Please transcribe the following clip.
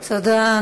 תודה.